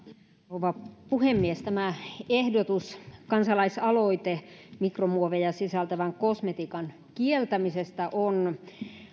rouva puhemies tämä ehdotus kansalaisaloite mikromuoveja sisältävän kosmetiikan kieltämisestä on